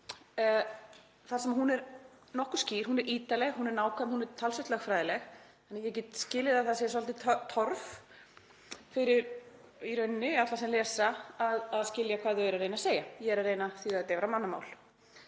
en hún er nokkuð skýr. Hún er ítarleg, hún er nákvæm, hún er talsvert lögfræðileg og ég get skilið að það sé svolítið torf fyrir alla sem lesa að skilja hvað þau eru að reyna að segja. Ég er að reyna að þýða þetta yfir á mannamál.